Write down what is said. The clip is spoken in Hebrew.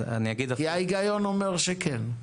כי ההיגיון אומר שכן.